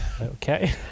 Okay